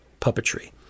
puppetry